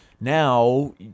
Now